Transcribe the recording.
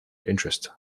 interest